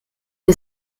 der